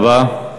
תודה רבה.